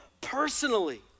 personally